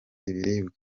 ibiribwa